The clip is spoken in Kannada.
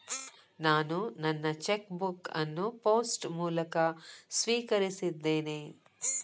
ನಾನು ನನ್ನ ಚೆಕ್ ಬುಕ್ ಅನ್ನು ಪೋಸ್ಟ್ ಮೂಲಕ ಸ್ವೀಕರಿಸಿದ್ದೇನೆ